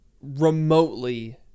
remotely